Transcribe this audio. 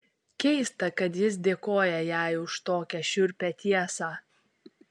keista kad jis dėkoja jai už tokią šiurpią tiesą